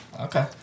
Okay